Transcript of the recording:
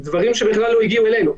דברים שבכלל לא הגיעו אלינו.